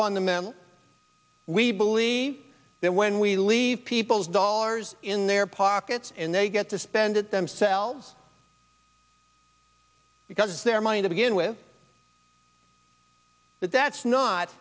fundamentally we believe that when we leave people's dollars in their pockets and they get to spend it themselves because their money to begin with but that's not